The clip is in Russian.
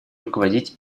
руководить